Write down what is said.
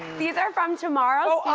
these are from tomorrow